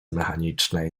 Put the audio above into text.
mechanicznej